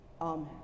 Amen